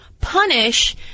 punish